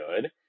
good